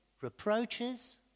reproaches